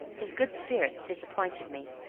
his good spirits disappointed me.